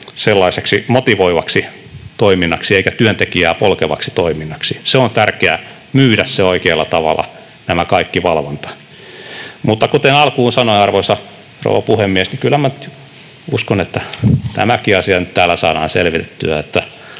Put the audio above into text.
sellaiseksi motivoivaksi toiminnaksi eikä työntekijää polkevaksi toiminnaksi. Se on tärkeää, myydä oikealla tavalla tämä kaikki valvonta. Mutta kuten alkuun sanoin, arvoisa rouva puhemies, niin kyllä minä uskon, että tämäkin asia nyt täällä saadaan selvitettyä.